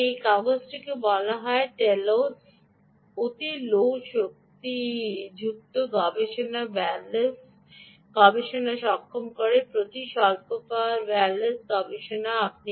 সুতরাং এই কাগজটিকে বলা হয় টেলোসকে অতি লো শক্তিশক্তি গবেষণা ওয়্যারলেস গবেষণা সক্ষম করে অতি স্বল্প পাওয়ার ওয়্যারলেস গবেষণা